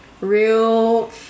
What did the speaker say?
real